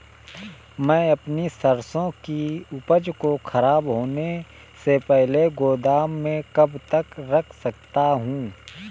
मैं अपनी सरसों की उपज को खराब होने से पहले गोदाम में कब तक रख सकता हूँ?